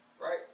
Right